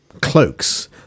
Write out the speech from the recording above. cloaks